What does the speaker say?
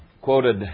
quoted